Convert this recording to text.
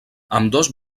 ambdós